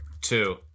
Two